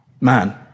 man